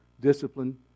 discipline